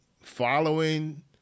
following